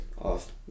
off